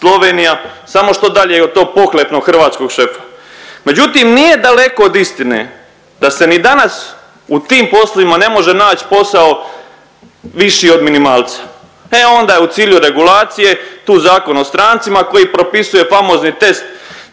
samo što dalje od tog pohlepnog hrvatskog šefa. Međutim, nije daleko od istine da se ni danas u tim poslima ne može naći posao viši od minimalca. E onda je u cilju regulacije tu Zakon o strancima koji propisuje famozni test